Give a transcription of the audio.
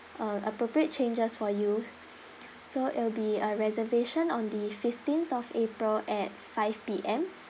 uh appropriate changes for you so it'll be a reservation on the fifteenth of april at five P_M